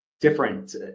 different